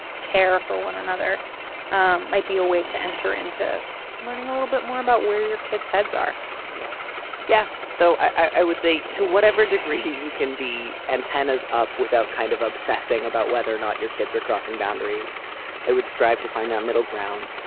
care for one another um might be a way to enter into learning a little bit more about where your kids heads are yeah yeah. so i would say to whatever degree you can be antennas up without kind of obsessing about whether or not your kids are crossing boundaries i would strive to find that middle ground.